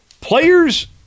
players